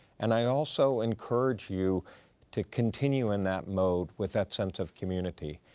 and i also encourage you to continue in that mode with that sense of community,